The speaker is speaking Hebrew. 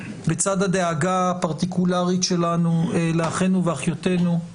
בצד הדאגה הפרטיקולרית שלנו לאחינו ואחיותינו,